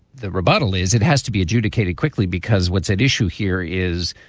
the rebuttal is it has to be adjudicated quickly, because what's at issue here is,